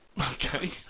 okay